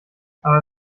aber